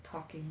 talking